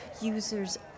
users